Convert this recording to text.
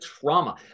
trauma